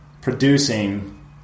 producing